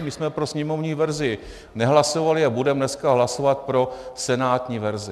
My jsme pro sněmovní verzi nehlasovali a budeme dneska hlasovat pro senátní verzi.